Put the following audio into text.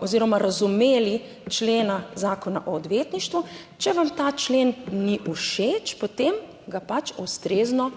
oziroma razumeli člena Zakona o odvetništvu. Če vam ta člen ni všeč, potem ga pač ustrezno